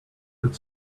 could